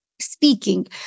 speaking